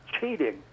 cheating